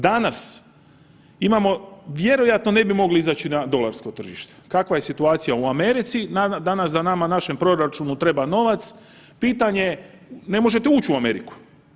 Danas imamo vjerojatno ne bi mogli izaći na dolarsko tržište kakva je situacija u Americi danas da nama našem proračunu treba novac pitanje je ne možete uć u Ameriku.